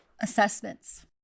assessments